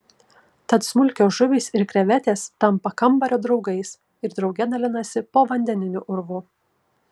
tad smulkios žuvys ir krevetės tampa kambario draugais ir drauge dalinasi povandeniniu urvu